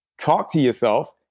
talk to yourself,